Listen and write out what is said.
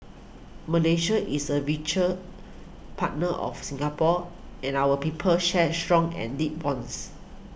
Malaysia is a venture partner of Singapore and our peoples share strong and deep bonds